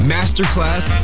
Masterclass